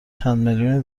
چندمیلیونی